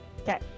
okay